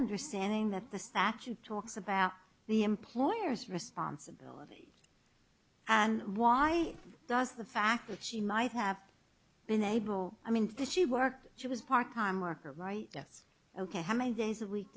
understanding that the statute talks about the employer's responsibility and why does the fact that she might have been able i mean this she worked she was parked time worker right yes ok how many days a week